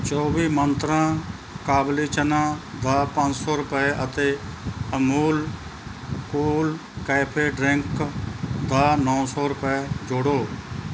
ਚੌਵੀ ਮੰਤਰਾਂ ਕਾਬੁਲੀ ਚਨਾ ਦਾ ਪੰਜ ਸੌ ਰੁਪਏ ਅਤੇ ਅਮੂਲ ਕੂਲ ਕੈਫੇ ਡਰਿੰਕ ਦਾ ਨੌਂ ਸੌ ਰੁਪਏ ਜੋੜੋ